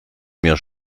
mir